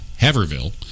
haverville